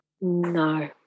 No